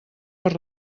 per